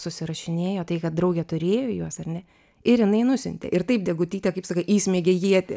susirašinėjo tai kad draugė turėjo juos ar ne ir jinai nusiuntė ir taip degutytė kaip sakai įsmeigė ietį